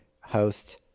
host